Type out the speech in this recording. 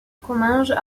comminges